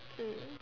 mm